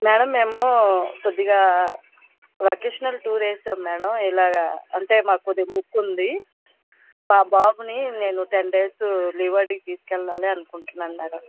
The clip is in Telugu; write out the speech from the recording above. మేడం మేము కొద్దిగా వెకేషనల్ టూర్ వేసాము మేడం ఇలాగా అంటే మాకు కొద్దిగా మొక్కు ఉంది మా బాబుని నేను టెన్ డేస్ లీవ్ అడిగి తీసుకెళ్లాలని అనుకుంటున్నాను మేడం